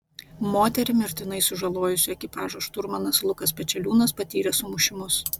moterį mirtinai sužalojusio ekipažo šturmanas lukas pečeliūnas patyrė sumušimus